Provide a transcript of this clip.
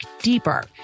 deeper